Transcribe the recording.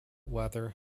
weather